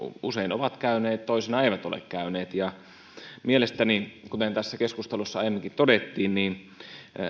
usein ovat käyneet toisinaan eivät ole käyneet mielestäni kuten tässä keskustelussa aiemminkin todettiin